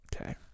Okay